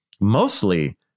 mostly